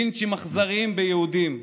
לינצ'ים אכזריים ביהודים,